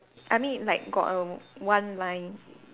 I mean like got a one line